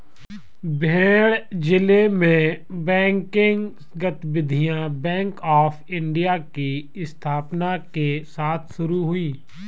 भिंड जिले में बैंकिंग गतिविधियां बैंक ऑफ़ इंडिया की स्थापना के साथ शुरू हुई